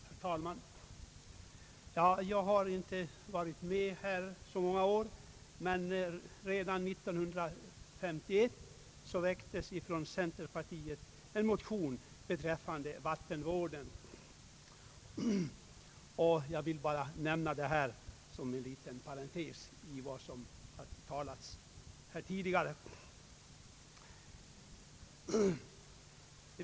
Herr talman! Jag har inte varit med här i riksdagen under så många år, men jag vill påpeka att redan 1951 från centerpartiets sida väcktes en motion beträffande vattenvården. Jag vill endast nämna detta som en liten parentes i den pågående debatten.